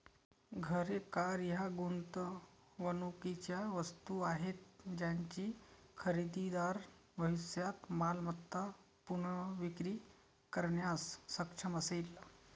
घरे, कार या गुंतवणुकीच्या वस्तू आहेत ज्याची खरेदीदार भविष्यात मालमत्ता पुनर्विक्री करण्यास सक्षम असेल